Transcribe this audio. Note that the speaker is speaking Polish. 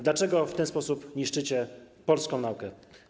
Dlaczego w ten sposób niszczycie polską naukę?